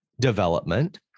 development